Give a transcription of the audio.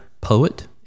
poet